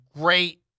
great